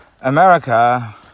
America